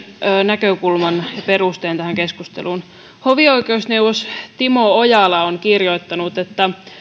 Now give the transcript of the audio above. näkökulman ja perusteen tähän keskusteluun hovioikeusneuvos timo ojala on kirjoittanut että